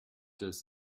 does